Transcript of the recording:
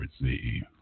receive